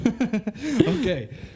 Okay